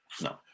No